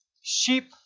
Sheep